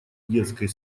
детской